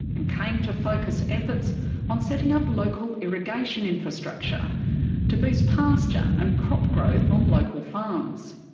and came to focus efforts on setting up local irrigation infrastructure to boost pasture and crop growth on local farms.